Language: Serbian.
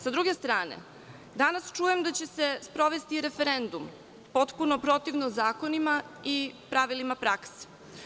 Sa druge strane, danas čujem da će se sprovesti referendum, potpuno protivno zakonima i pravilima prakse.